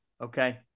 okay